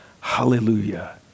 Hallelujah